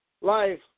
life